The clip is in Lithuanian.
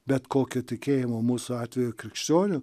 bet kokio tikėjimo mūsų atveju krikščionių